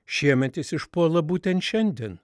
šiemet jis išpuola būtent šiandien